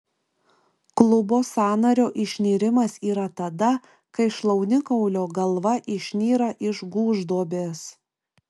klubo sąnario išnirimas yra tada kai šlaunikaulio galva išnyra iš gūžduobės